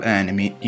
enemy